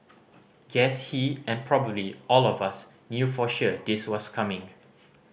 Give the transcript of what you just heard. guess he and probably all of us knew for sure this was coming